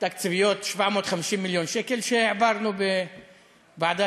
תקציביות של 750 מיליון שקלים שהעברנו בוועדת